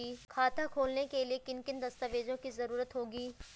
खाता खोलने के लिए किन किन दस्तावेजों की जरूरत होगी?